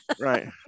right